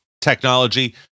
technology